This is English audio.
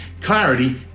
clarity